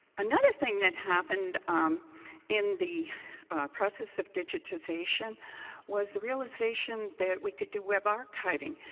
another thing that happened in the process of digitization was the realization that we could do web archiving.